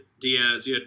Diaz